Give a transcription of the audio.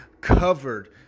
covered